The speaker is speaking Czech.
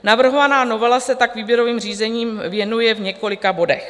Navrhovaná novela se tak výběrovým řízením věnuje v několika bodech.